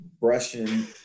brushing